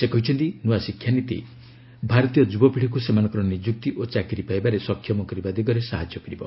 ସେ କହିଛନ୍ତି ନୂଆ ଶିକ୍ଷାନୀତି ଭାରତୀୟ ଯୁବପିଢ଼ିକୁ ସେମାନଙ୍କର ନିଯୁକ୍ତି ଓ ଚାକିରି ପାଇବାରେ ସକ୍ଷମ କରିବା ଦିଗରେ ସାହାଯ୍ୟ କରିବ